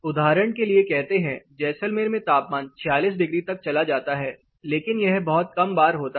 उदाहरण के लिए कहते हैं जैसलमेर में तापमान 46 डिग्री तक चला जाता है लेकिन यह बहुत कम बार होता है